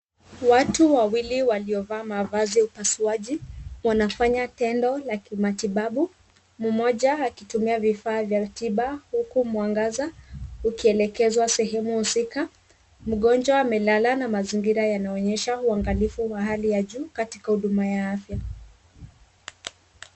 Watu wawili waliovaa mavazi ya upasuaji, wanafanya tendo la kimatibabu. Mmoja akitumia vifaa vya tiba, huku mwangaza ukielekezwa sehemu husika. Mgonjwa amelala na mazingira yanaonyesha uangalifu wa hali ya juu katika huduma ya afya.